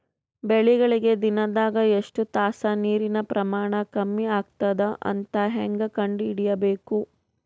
ಬೆಳಿಗಳಿಗೆ ದಿನದಾಗ ಎಷ್ಟು ತಾಸ ನೀರಿನ ಪ್ರಮಾಣ ಕಮ್ಮಿ ಆಗತದ ಅಂತ ಹೇಂಗ ಕಂಡ ಹಿಡಿಯಬೇಕು?